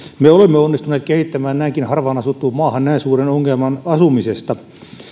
me olemme onnistuneet kehittämään näinkin harvaan asuttuun maahan näin suuren ongelman asumisesta